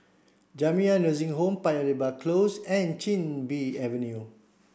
Jamiyah Nursing Home Paya Lebar Close and Chin Bee Avenue